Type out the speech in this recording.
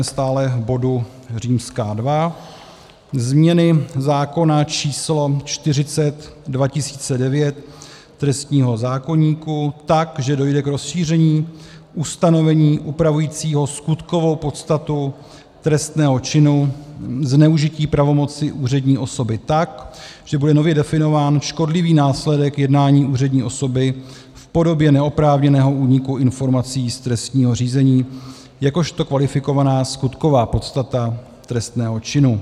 Stále jsme v bodu II: změny zákona číslo 40/2009 Sb., trestního zákoníku, tak, že dojde k rozšíření ustanovení upravujícího skutkovou podstatu trestného činu zneužití pravomoci úřední osoby tak, že bude nově definován škodlivý následek jednání úřední osoby v podobě neoprávněného úniku informací z trestního řízení jakožto kvalifikovaná skutková podstata trestného činu;